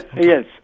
Yes